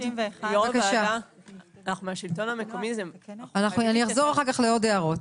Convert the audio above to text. משרד הרווחה.